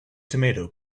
tomato